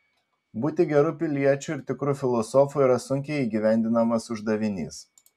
būti geru piliečiu ir tikru filosofu yra sunkiai įgyvendinamas uždavinys